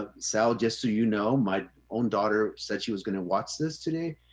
ah sal just so you know, my own daughter said she was gonna watch this today,